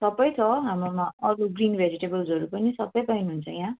सबै छ हाम्रोमा अरू ग्रिन भेजिटेबल्सहरू पनि सबै पाउनुहुन्छ यहाँ